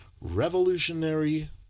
revolutionary